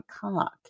cock